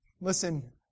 Listen